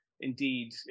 Indeed